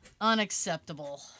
Unacceptable